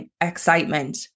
excitement